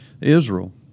Israel